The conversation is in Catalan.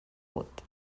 vot